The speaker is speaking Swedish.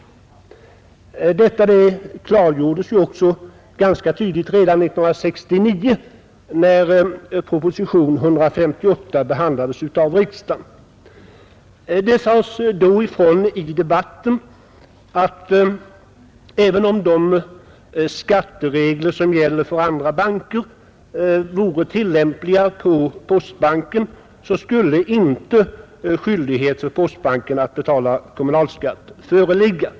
Detta klargjordes ju också ganska tydligt redan 1969 när proposition nr 158 behandlades av riksdagen. Det sades då ifrån i debatten, att även om de skatteregler som gäller för andra banker vore tillämpliga på postbanken, så skulle inte skyldighet för postbanken att betala kommunalskatt föreligga.